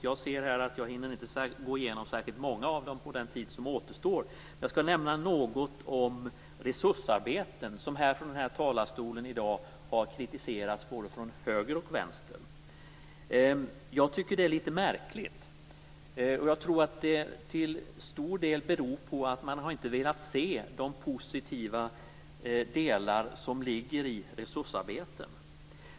Jag ser att jag inte hinner gå i genom särskilt många av dem på den talartid som återstår. Jag skall nämna något om resursarbeten som från den här talarstolen i dag har kritiserats från både höger och vänster. Jag tycker att det är litet märkligt. Jag tror att det till stor del beror på att man inte har velat se de positiva delar som ligger i resursarbeten.